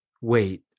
wait